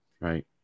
Right